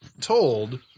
told